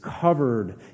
covered